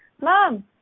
mom